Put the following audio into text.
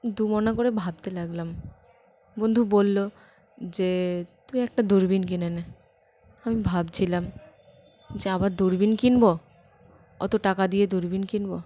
দোমনা করে ভাবতে লাগলাম বন্ধু বলল যে তুই একটা দূরবীন কিনে নে আমি ভাবছিলাম যে আবার দূরবীন কিনব অত টাকা দিয়ে দূরবীন কিনব